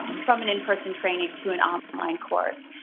from an in-person training to an um online course.